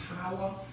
power